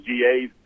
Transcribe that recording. GAs